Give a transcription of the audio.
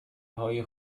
های